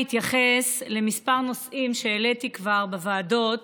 להתייחס לכמה נושאים שהעליתי כבר בוועדות.